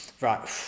right